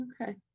Okay